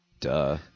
Duh